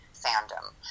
fandom